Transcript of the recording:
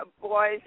boys